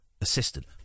assistant